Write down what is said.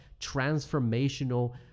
transformational